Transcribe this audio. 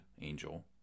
angel